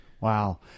Wow